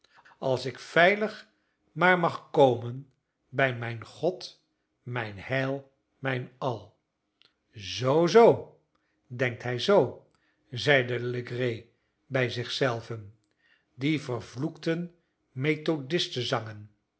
als ik veilig maar mag komen bij mijn god mijn heil mijn al zoo zoo denkt hij zoo zeide legree bij zichzelven die vervloekte